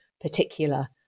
particular